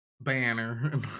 Banner